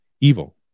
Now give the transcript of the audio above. evil